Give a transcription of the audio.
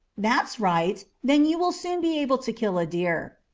that's right! then you will soon be able to kill a deer.